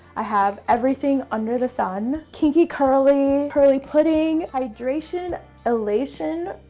i have everything under the sun. kinky curly, curly pudding, hydration elation.